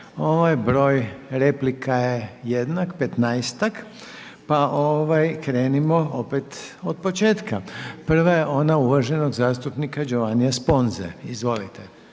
se. Broj replika je jednak, petnaestak pa krenimo opet od početka. Prva je ona uvaženog zastupnika Giovannia Sponze. Izvolite.